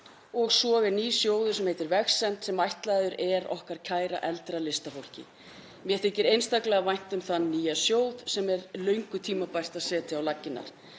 og svo er ný sjóður sem heitir Vegsemd sem ætlaður er okkar kæra eldra listafólki. Mér þykir einstaklega vænt um þann nýja sjóð sem er löngu tímabært að setja á laggirnar.